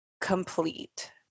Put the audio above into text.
complete